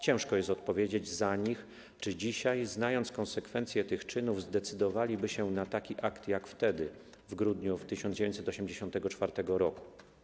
Ciężko jest odpowiedzieć za nich, czy dzisiaj, znając konsekwencje tych czynów, zdecydowaliby się na taki akt jak wtedy, w grudniu 1984 r.